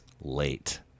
late